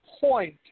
point